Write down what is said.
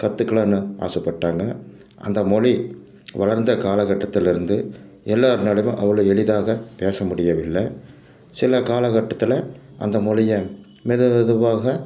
கற்றுக்கலான்னு ஆசைப்பட்டாங்க அந்த மொழி வளர்ந்த காலகட்டத்துலிருந்து எல்லோரினாலும் அவ்வளோ எளிதாக பேச முடியவில்லை சில காலகட்டத்தில் அந்த மொழியை மெது மெதுவாக